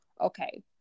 okay